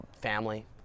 family